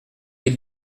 les